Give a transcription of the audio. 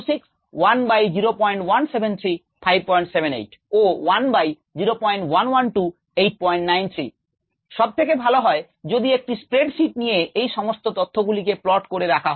1S mM 1 0053 006 0076 0128 1v 1 435 526 578 893 সবথেকে ভালো হয় যদি একটি স্প্রেড শীট নিয়ে এই সমস্ত তথ্যগুলিকে প্লট করে রাখা হয়